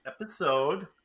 episode